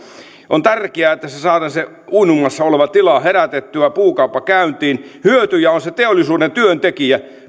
on tärkeää että saadaan se uinumassa oleva tila herätettyä puukauppa käyntiin hyötyjä on teollisuuden työntekijä